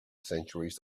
centuries